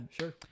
sure